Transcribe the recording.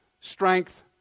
strength